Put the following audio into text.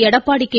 Edappadi K